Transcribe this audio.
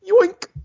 yoink